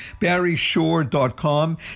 barryshore.com